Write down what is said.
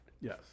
Yes